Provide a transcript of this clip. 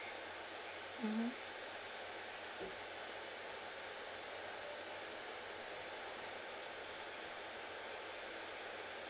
mmhmm